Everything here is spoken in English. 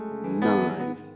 nine